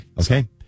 Okay